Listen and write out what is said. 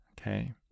Okay